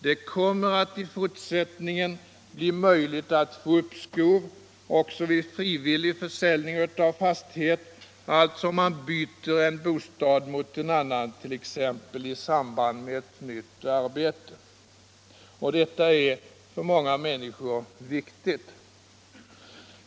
Det kommer i fortsättningen att bli möjligt att få uppskov också vid frivillig försäljning av fastighet, alltså om man byter en fastighet mot en annan, t.ex. i samband med ett nytt arbete. Detta är viktigt för många människor.